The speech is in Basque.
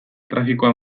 trafikoa